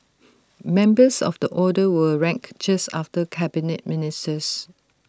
members of the order were ranked just after Cabinet Ministers